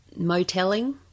motelling